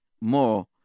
more